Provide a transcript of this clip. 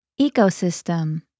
Ecosystem